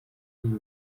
uyu